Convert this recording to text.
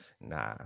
Nah